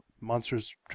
Monsters